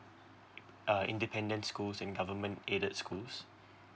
uh independent schools and government aided schools